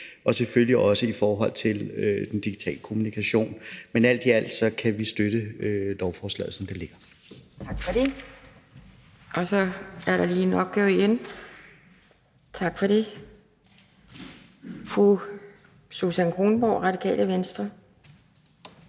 selvfølgelig også i forhold til den digitale kommunikation, og alt i alt kan vi støtte lovforslaget, som det ligger. Kl. 12:56 Anden næstformand (Pia Kjærsgaard): Tak for det. Fru Susan Kronborg, Radikale Venstre.